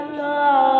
love